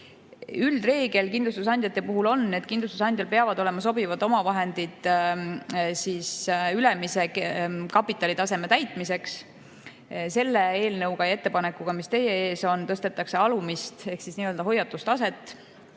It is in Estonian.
Üldreegel kindlustusandjate puhul on, et kindlustusandjal peavad olema sobivad omavahendid ülemise kapitalitaseme täitmiseks. Selle eelnõuga ja ettepanekuga, mis teie ees on, tõstetakse alumist ehk siis nii-öelda hoiatustaset,